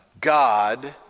God